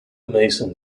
mason